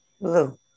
Blue